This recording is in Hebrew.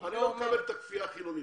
אני לא מקבל את הכפייה החילונית.